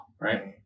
right